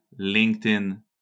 LinkedIn